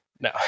no